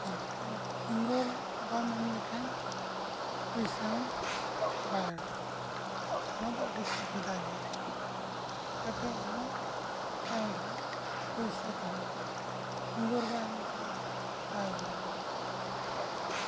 ᱟᱨ ᱚᱱᱟ ᱯᱷᱤᱝᱜᱟᱨ ᱵᱟᱢ ᱮᱢ ᱞᱮᱠᱷᱟᱱ ᱯᱚᱭᱥᱟ ᱦᱚᱸ ᱵᱟᱭ ᱩᱰᱩᱠᱚᱜᱼᱟ ᱱᱚᱣᱟ ᱫᱚ ᱟᱹᱰᱤ ᱥᱩᱵᱤᱫᱷᱟ ᱜᱮᱭᱟ ᱪᱤᱠᱟᱹᱛᱮ ᱟᱢᱟᱜ ᱮᱠᱟᱣᱩᱱᱴ ᱨᱮ ᱯᱩᱭᱥᱟᱹ ᱛᱟᱦᱮᱱᱟ ᱯᱷᱤᱝᱜᱚᱨ ᱵᱟᱭ ᱮᱢ ᱞᱮᱠᱷᱟᱱ ᱫᱚ ᱵᱟᱭ ᱩᱰᱩᱠ ᱫᱟᱲᱮᱭᱟᱜᱼᱟ ᱚᱱᱟ ᱯᱚᱭᱥᱟ ᱦᱚᱸ